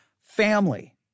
family